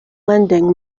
lending